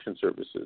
services